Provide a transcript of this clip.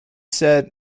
said